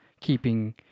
keeping